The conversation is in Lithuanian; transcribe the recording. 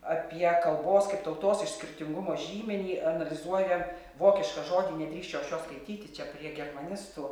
apie kalbos kaip tautos išskirtingumo žymenį analizuoja vokišką žodį nedrįsčiau aš jo skaityti čia prie germanistų